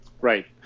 Right